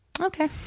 Okay